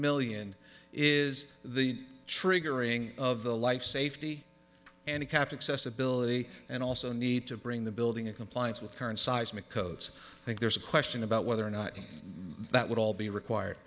million is the triggering of the life safety and it kept accessibility and also need to bring the building of compliance with current seismic codes i think there's a question about whether or not that would all be required